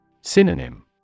Synonym